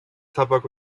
tabak